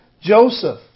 Joseph